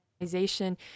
organization